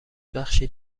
بخشی